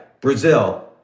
Brazil